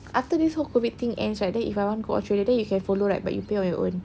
after this whole COVID thing ends right then if I want go australia then you can follow right but you pay on your own